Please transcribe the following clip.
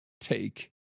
take